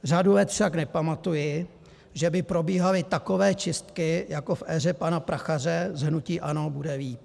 Řadu let si nepamatuji, že by probíhaly takové čistky jako v éře pana Prachaře z hnutí ANO, bude líp.